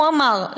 הוא אמר,